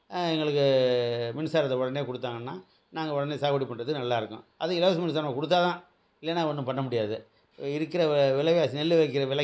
எங்களுக்கு மின்சாரத்தை உடனே கொடுத்தாங்கன்னா நாங்கள் உடனே சாகுபடி பண்ணுறதுக்கு நல்லா இருக்கும் அதுவும் இலவச மின்சாரம் கொடுத்தா தான் இல்லைனால் அது ஒன்றும் பண்ண முடியாது இருக்கிற வெ விலைவாசி நெல் விற்கிற விலைக்கு